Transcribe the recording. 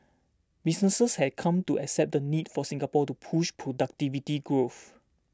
businesses have come to accept the need for Singapore to push productivity growth